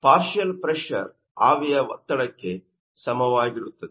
partial pressure ಆವಿಯ ಒತ್ತಡಕ್ಕೆ ಸಮಾನವಾಗಿರುತ್ತದೆ